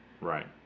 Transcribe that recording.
Right